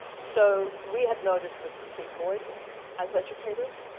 so we had noticed this complete void as educators,